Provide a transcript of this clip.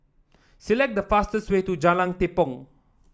select the fastest way to Jalan Tepong